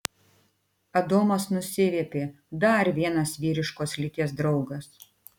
adomas nusiviepė dar vienas vyriškos lyties draugas